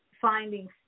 finding